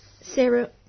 Sarah